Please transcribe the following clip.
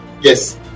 yes